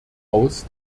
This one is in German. aus